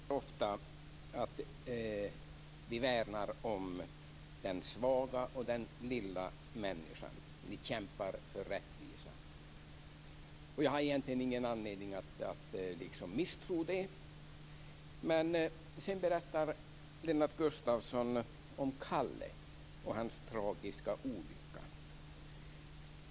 Fru talman! Ni säger ofta att ni värnar om den svaga och den lilla människan. Ni kämpar för rättvisa. Jag har egentligen ingen anledning att misstro det, men sedan berättar Lennart Gustavsson om Kalle och hans tragiska olycka.